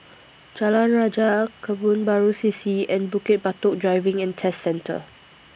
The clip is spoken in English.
Jalan Rajah Kebun Baru C C and Bukit Batok Driving and Test Centre